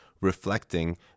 reflecting